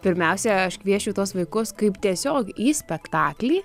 pirmiausia aš kviesčiau tuos vaikus kaip tiesiog į spektaklį